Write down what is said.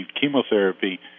chemotherapy